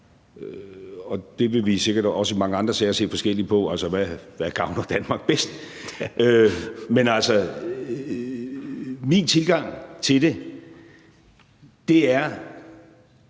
Det vil vi sikkert også i mange andre sager se forskelligt på, altså hvad der gavner Danmark bedst. Men min tilgang til det er